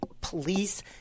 police